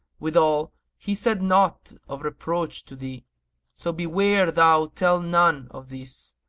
withal, he said nought of reproach to thee so beware thou tell none of this,